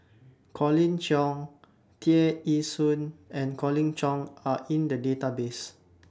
Colin Cheong Tear Ee Soon and Colin Cheong Are in The Database